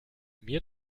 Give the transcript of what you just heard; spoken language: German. mir